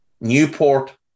Newport